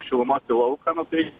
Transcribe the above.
šilumos į lauką nu tai